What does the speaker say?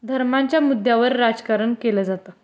धर्मांच्या मुद्यावर राजकारण केलं जातं